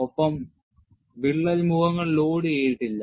ഒപ്പം വിള്ളൽ മുഖങ്ങൾ ലോഡുചെയ്തിട്ടില്ല